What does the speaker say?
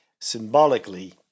symbolically